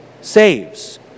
saves